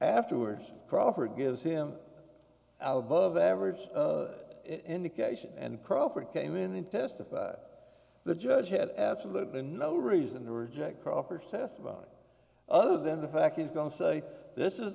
afterwards crawford gives him out above average indication and crawford came in and testified the judge had absolutely no reason to reject proper testimony other than the fact he's going to say this is